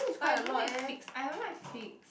but I don't like fix I don't like fix